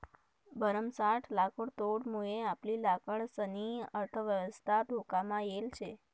भरमसाठ लाकुडतोडमुये आपली लाकडंसनी अर्थयवस्था धोकामा येल शे